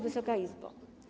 Wysoka Izbo!